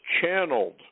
channeled